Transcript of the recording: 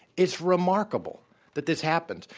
it's remarkable that this happened,